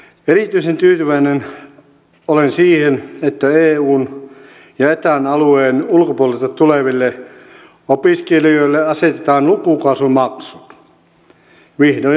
erityisen tyytyväinen olen siihen että eun ja eta alueen ulkopuolelta tuleville opiskelijoille asetetaan lukukausimaksut vihdoin ja viimeinkin